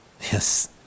yes